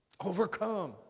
Overcome